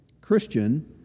Christian